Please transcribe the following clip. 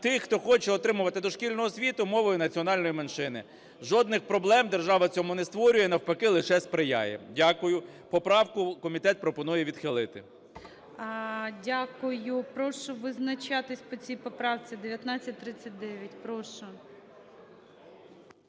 тих, хто хоче отримувати дошкільну освіту мовою національної меншини. Жодних проблем держава цьому не створює, навпаки, лише сприяє. Дякую. Поправку комітет пропонує відхилити. ГОЛОВУЮЧИЙ. Дякую. Прошу визначатися по цій поправці 1939. Прошу.